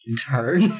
turn